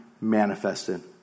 manifested